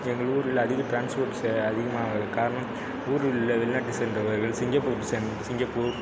எங்கள் ஊரில் அதிகம் ட்ரான்ஸ்போர்ட் சேவை அதிகமாக இருக்க காரணம் ஊரிலுள்ள வெளிநாட்டை சேர்ந்தவர்கள் சிங்கப்பூர் சென்று சிங்கப்பூர்